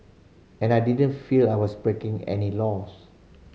and I didn't feel I was breaking any laws